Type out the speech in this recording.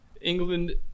England